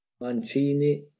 Mancini